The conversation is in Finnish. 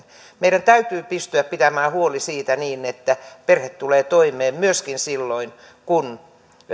meidän täytyy pystyä pitämään huoli siitä että perhe tulee toimeen myöskin silloin